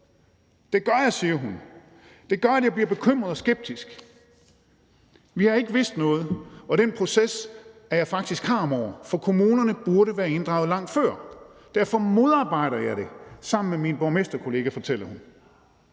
Det gør, siger hun, at hun bliver bekymret og skeptisk. De har ikke vidst noget, og hun er faktisk harm over den proces, for kommunerne burde have været inddraget langt før. Derfor modarbejder hun det sammen med sine borgmesterkollegaer. Det fortæller hun.